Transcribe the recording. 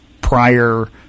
prior